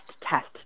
test